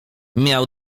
miał